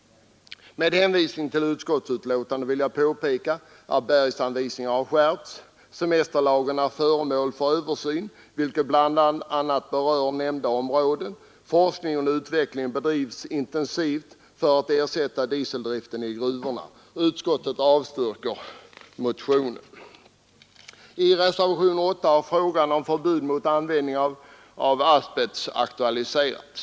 Med hänvisning till utskottsbetänkandet vill jag påpeka att bergsanvisningarna har skärpts, att semesterlagen är föremål för en översyn som berör bl.a. nämnda område och att det bedrivs intensiv forskning och utveckling för att ersätta dieseldriften i gruvorna. Utskottet avstyrker motionen. I motionen 1337 och reservationen 8 har frågan om förbud mot användning av asbest aktualiserats.